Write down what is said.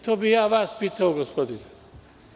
To bih ja vas pitao, gospodine.